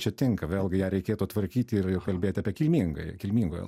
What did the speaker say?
čia tinka vėlgi ją reikėtų tvarkyti ir ir kalbėti apie kilmingąją kilmingojo